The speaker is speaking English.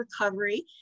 Recovery